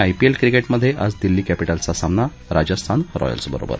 IPL क्रिकेटमधे आज दिल्ली कॅपिटल्सचा सामना राजस्थान रॉयल्सबरोबर